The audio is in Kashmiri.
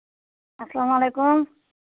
اَسلام علیکُم